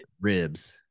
ribs